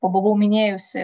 pabuvau minėjusi